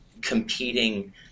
competing